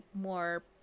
more